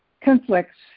conflicts